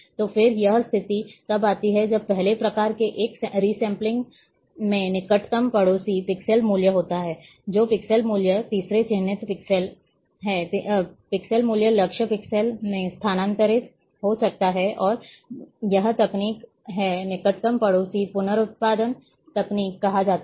तो फिर यह स्थिति तब आती है जब पहले प्रकार के एक रिस्मैप्लिंग में निकटतम पड़ोसी पिक्सेल मूल्य होता है जो पिक्सेल मूल्य तीसरे चिह्नित पिक्सेल है पिक्सेल मूल्य लक्ष्य पिक्सेल में स्थानांतरित हो जाता है और यह तकनीक है निकटतम पड़ोसी पुनरुत्पादन तकनीक कहा जाता है